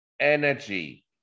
energy